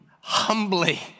humbly